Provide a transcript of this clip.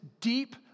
deep